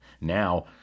Now